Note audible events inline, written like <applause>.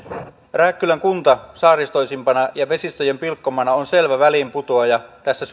rääkkylän kunta saaristoisimpana ja vesistöjen pilkkomana on selvä väliinputoaja tässä <unintelligible>